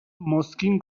mozkin